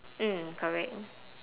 mm correct